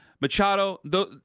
Machado